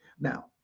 Now